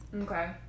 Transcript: okay